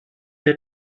der